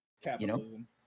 Capitalism